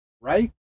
right